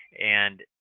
and